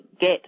get